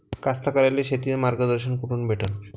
कास्तकाराइले शेतीचं मार्गदर्शन कुठून भेटन?